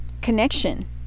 connection